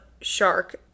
shark